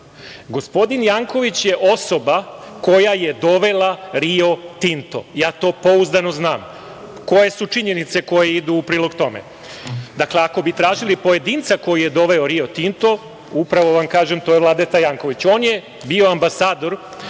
Gospodin Janković je osoba koje je dovela „Rio Tinto“. Ja to pouzdano znam. Koje su činjenice koje idu u prilog tome? Dakle, ako bi tražili pojedinca koji je doveo „Rio Tinto“, upravo vam kažem, to je Vladeta Janković. On je bio ambasador